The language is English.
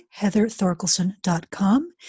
HeatherThorkelson.com